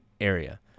area